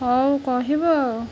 ହଉ କହିବ ଆଉ